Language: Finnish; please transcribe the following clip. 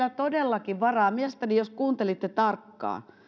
todellakin varaa jos kuuntelitte tarkkaan niin